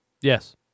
Yes